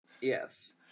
Yes